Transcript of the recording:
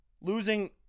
losing